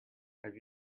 have